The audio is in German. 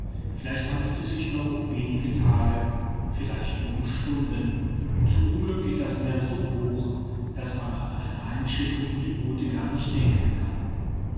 vielleicht handelt es sich nur noch um wenige tage vielleicht nur um stunden und zum unglück geht das meer so hoch daß man an eine einschiffung in die boote gar nicht denken kann